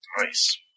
Nice